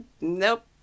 Nope